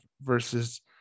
versus